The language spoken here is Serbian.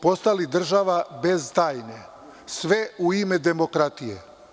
Postali smo država bez tajne, sve u ime demokratije.